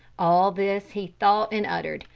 all this he thought and uttered,